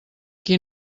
qui